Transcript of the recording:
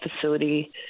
facility